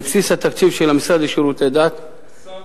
בבסיס התקציב של המשרד לשירותי דת, השר,